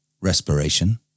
respiration